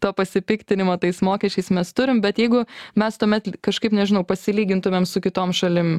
to pasipiktinimo tais mokesčiais mes turimo bet jeigu mes tuomet kažkaip nežinau pasilygintumėm su kitom šalim